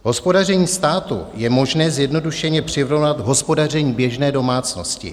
Hospodaření státu je možné zjednodušeně přirovnat k hospodaření běžné domácnosti.